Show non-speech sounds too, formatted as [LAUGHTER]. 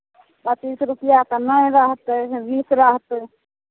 पचीस रुपैआ तऽ नहि रहतै [UNINTELLIGIBLE] बीस रहतै